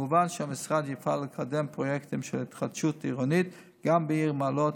כמובן שהמשרד יפעל לקדם פרויקטים של התחדשות עירונית גם בעיר מעלות,